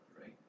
right